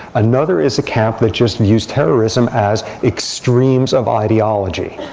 another is a camp that just views terrorism as extremes of ideology.